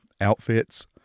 outfits